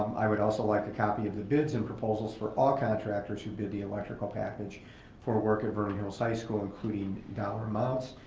i would also like a copy of the bids and proposals for all contractors who bid the electrical package for work at vernon hills high school, including dollar amounts.